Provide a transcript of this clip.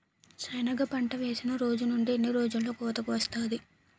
సెనగ పంట వేసిన రోజు నుండి ఎన్ని రోజుల్లో కోతకు వస్తాది?